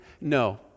no